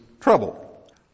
trouble